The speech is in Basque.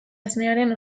esnearen